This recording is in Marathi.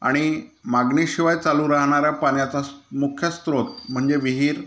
आणि मागणीशिवाय चालू राहणारा पाण्याचा स् मुख्य स्रोत म्हणजे विहीर